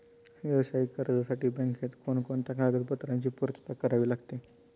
व्यावसायिक कर्जासाठी बँकेत कोणकोणत्या कागदपत्रांची पूर्तता करावी लागते?